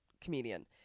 comedian